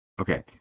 Okay